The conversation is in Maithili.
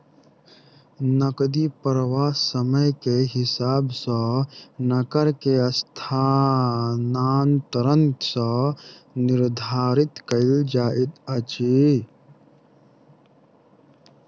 नकदी प्रवाह समय के हिसाब सॅ नकद के स्थानांतरण सॅ निर्धारित कयल जाइत अछि